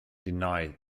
denied